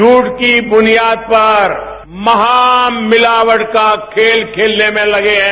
झूठ की बुनियाद पर महामिलावट का खेल खेलने में लगे हैं